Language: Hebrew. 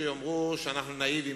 יהיו שיאמרו שאנחנו נאיבים,